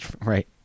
right